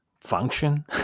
function